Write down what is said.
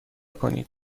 کنید